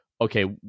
okay